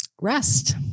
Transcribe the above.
rest